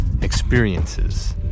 experiences